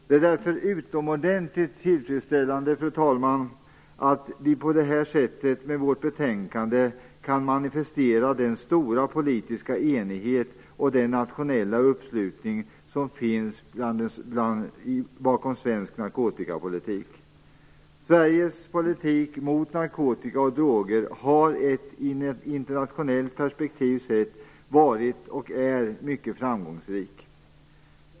Det är därför, fru talman, utomordentligt tillfredsställande att vi på det här sättet i och med vårt betänkande kan manifestera den stora politiska enighet och den nationella uppslutning som finns bakom svensk narkotikapolitik. Sveriges politik mot narkotika och andra droger har i ett internationellt perspektiv varit, och är fortfarande, mycket framgångsrik.